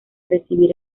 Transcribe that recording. recibir